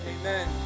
amen